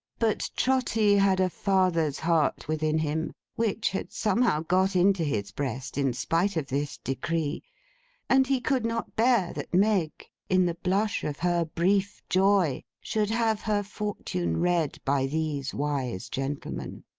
but trotty had a father's heart within him which had somehow got into his breast in spite of this decree and he could not bear that meg, in the blush of her brief joy, should have her fortune read by these wise gentlemen.